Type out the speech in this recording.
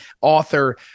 author